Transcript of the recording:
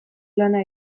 lana